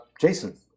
Jason